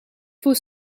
faut